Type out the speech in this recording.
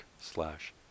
slash